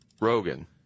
Rogan